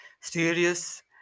serious